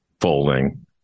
folding